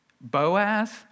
Boaz